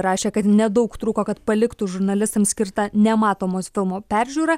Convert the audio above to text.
rašė kad nedaug trūko kad paliktų žurnalistams skirtą nematomos filmo peržiūrą